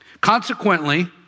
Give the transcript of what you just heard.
Consequently